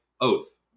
Oath